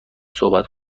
صحبت